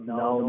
no